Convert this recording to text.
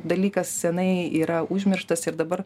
dalykas senai yra užmirštas ir dabar